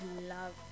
love